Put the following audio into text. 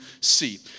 see